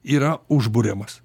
yra užburiamas